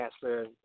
Chancellor